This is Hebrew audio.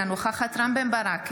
אינה נוכחת רם בן ברק,